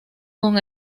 con